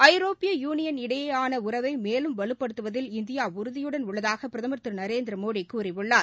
ஐரோப்பிய யுனியன் இடையேயான உறவை மேலும் வலுப்படுத்துவதில் இநதியா உறுதியுடன் உள்ளதாக பிரதமர் திரு நரேந்திரமோடி கூறியுள்ளார்